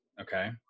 okay